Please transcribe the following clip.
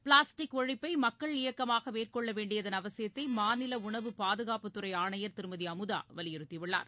plastic ஒழிப்பைமக்கள் இயக்கமாகமேற்கொள்ளவேண்டியதன் அவசியத்தைமாநிலஉணவு பாதுகாப்புத்துறைஆணையர் திருமதிஅமுதாவலியுறுத்திஉள்ளார்